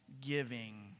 giving